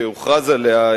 שהוכרז עליה,